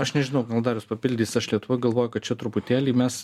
aš nežinau gal darius papildys aš lietuvoj galvoju kad čia truputėlį mes